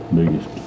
biggest